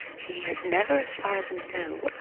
he has never, as far as we know,